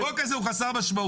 אבל החוק הזה הוא חסר משמעות.